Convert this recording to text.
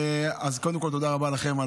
אז קודם כול, תודה רבה לכם.